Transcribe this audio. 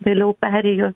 vėliau perėjo